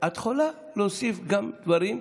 את יכולה להוסיף גם דברים,